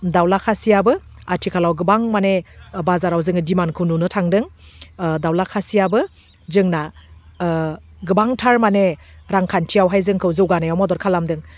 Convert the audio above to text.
दाउला खासियाबो आथिखालाव गोबां माने बाजाराव जोङो डिमान्डखौ नुनो थांदों दाउला खासियाबो जोंना गोबांथार माने रांखान्थियावहाय जोंखौ जौगानायाव मदद खालामदों